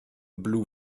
blue